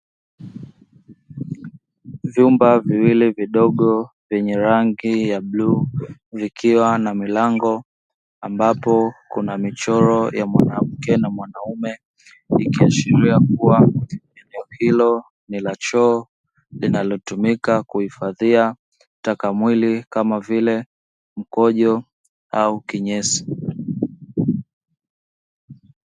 Vyumba viwili vidogo vyenye rangi ya bluu vikiwa na milango ambapo kuna michoro ya mwanamke na mwanaume, ikiashiria kuwa hilo ni la choo linalotumika kuhifadhia taka mwili kama vile mkojo au kinyesi.